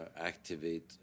activate